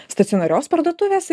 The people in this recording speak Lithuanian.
stacionarios parduotuvės